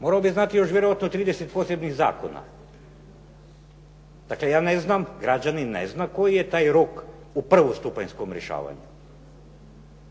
Morao bih znati još vjerojatno 30 posebnih zakona. Dakle, ja ne znam, građanin ne zna koji je taj rok u prvostupanjskom rješavanju